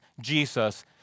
Jesus